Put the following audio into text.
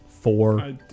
Four